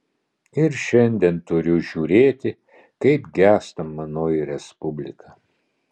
ir šiandien turiu žiūrėti kaip gęsta manoji respublika